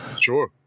Sure